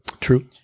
True